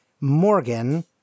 Morgan